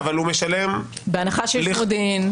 בהנחה שיש מודיעין.